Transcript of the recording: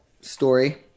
story